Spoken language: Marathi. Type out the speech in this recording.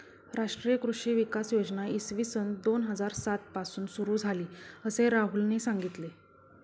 राष्ट्रीय कृषी विकास योजना इसवी सन दोन हजार सात पासून सुरू झाली, असे राहुलने सांगितले